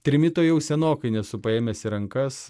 trimito jau senokai nesu paėmęs į rankas